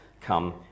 come